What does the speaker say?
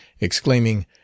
exclaiming